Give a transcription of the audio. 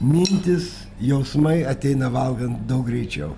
mintys jausmai ateina valgant daug greičiau